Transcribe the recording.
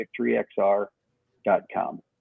victoryxr.com